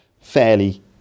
fairly